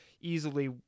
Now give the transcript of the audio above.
easily